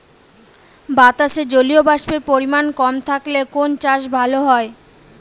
বাতাসে জলীয়বাষ্পের পরিমাণ কম থাকলে কোন চাষ ভালো হয়?